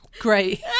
Great